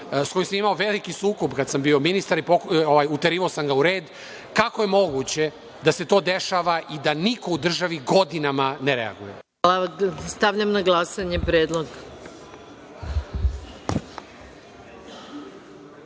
sa kojim sam imao veliki sukob kada sam bio ministar i uterivao sam ga u red, kako je moguće da se to dešava i da niko u državi godinama ne reaguje? **Maja Gojković** Hvala. Stavljam